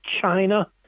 China